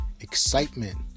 excitement